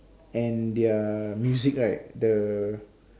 and their music right the